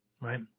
right